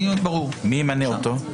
מי ימנה אותו?